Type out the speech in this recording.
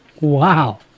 Wow